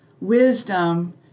wisdom